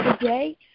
today